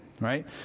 right